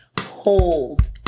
Hold